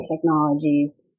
technologies